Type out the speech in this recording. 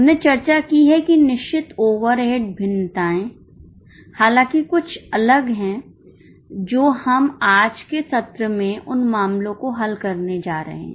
हमने चर्चा की है कि निश्चित ओवरहेड भिन्नताए हालाँकि कुछ अलग हैं जो हम आज के सत्र में उन मामलों को हल करने जा रहे हैं